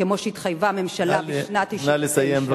כמו שהתחייבה הממשלה בשנת 1999. נא לסיים.